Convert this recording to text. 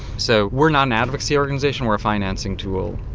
so we're not an advocacy organisation, we're a financing tool.